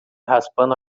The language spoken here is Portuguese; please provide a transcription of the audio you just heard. raspando